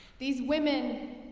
these women,